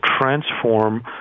transform